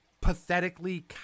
pathetically